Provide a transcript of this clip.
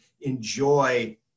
enjoy